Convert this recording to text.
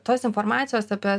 tos informacijos apie